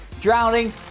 drowning